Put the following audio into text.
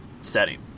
setting